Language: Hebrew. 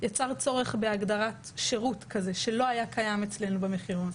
יצר צורך בהגדרת שירות כזה שלא היה קיים אצלנו במחירון.